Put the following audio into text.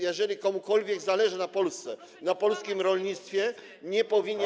Jeżeli komukolwiek zależy na Polsce, na polskim rolnictwie, nie powinien.